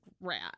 rat